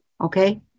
okay